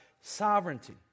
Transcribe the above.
sovereignty